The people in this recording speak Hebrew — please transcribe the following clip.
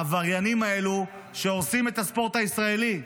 העבריינים האלה, שהורסים את הספורט הישראלי.